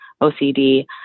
OCD